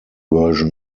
version